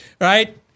Right